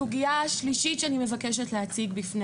הסוגיה השלישית שאני מבקשת להציג בפני